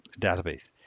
database